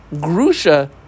Grusha